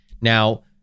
Now